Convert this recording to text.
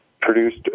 produced